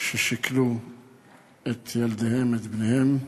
ששכלו את ילדיהן, את בניהן,